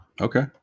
Okay